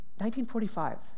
1945